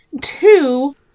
Two